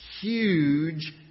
huge